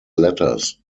letters